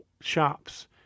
shops